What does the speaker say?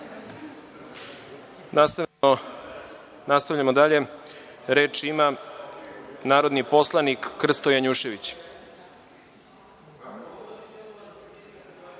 nastavljamo dalje. Reč ima narodni poslanik Krsto Janjušević.